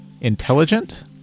intelligent